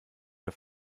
der